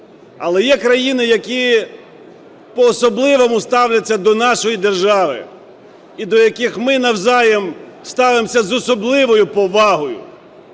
Але є країни, які по-особливому ставляться до нашої держави і до яких ми навзаєм ставимося з особливою повагою.